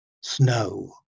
snow